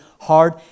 hard